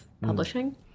publishing